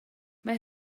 mae